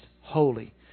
holy